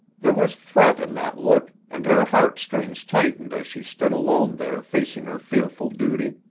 there was threat in that look and her heart strings tightened as she stood alone there facing her fearful duty.